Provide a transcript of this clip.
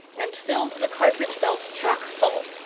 and filled the cartridge-belts chock-full.